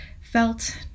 felt